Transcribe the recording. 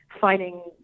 finding